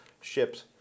ships